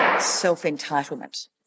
self-entitlement